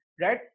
right